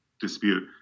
dispute